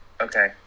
Okay